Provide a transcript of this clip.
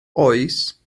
oes